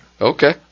Okay